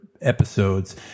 episodes